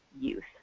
youth